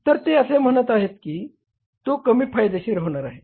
तर ते असे म्हणत आहेत की तो कमी फायदेशीर होणार आहे